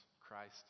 Christ